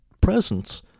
presence